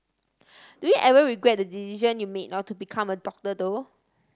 do you ever regret the decision you made not to become a doctor though